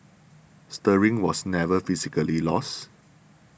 steering was never physically lost